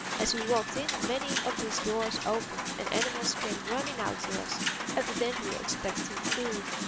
as we walked in many of these doors opened and animals came running out to us evidently expecting food.